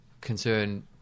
concern